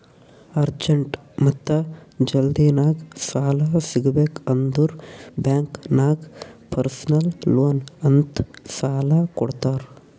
urgent ಮತ್ತ ಜಲ್ದಿನಾಗ್ ಸಾಲ ಸಿಗಬೇಕ್ ಅಂದುರ್ ಬ್ಯಾಂಕ್ ನಾಗ್ ಪರ್ಸನಲ್ ಲೋನ್ ಅಂತ್ ಸಾಲಾ ಕೊಡ್ತಾರ್